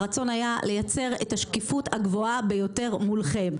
הרצון היה לייצר את השקיפות הגבוהה ביותר מולכם,